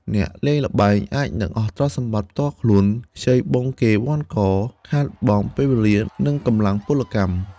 អ្នកលេងល្បែងអាចនឹងអស់ទ្រព្យសម្បត្តិផ្ទាល់ខ្លួន ខ្ចីបុលគេវ័ណ្ឌក ខាតបង់ពេលវេលា និងកម្លាំងពលកម្ម។